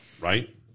right